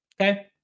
Okay